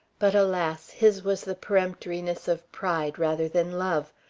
but alas! his was the peremptoriness of pride rather than love.